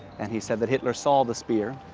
and he said that hitler saw the spear,